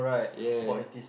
ya